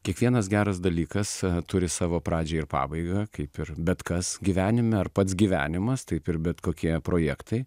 kiekvienas geras dalykas turi savo pradžią ir pabaigą kaip ir bet kas gyvenime ar pats gyvenimas taip ir bet kokie projektai